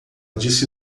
disse